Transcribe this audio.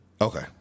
Okay